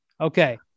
Okay